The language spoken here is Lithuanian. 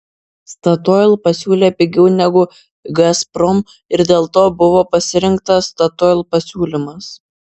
statoil pasiūlė pigiau negu gazprom ir dėl to buvo pasirinktas statoil pasiūlymas